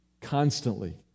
Constantly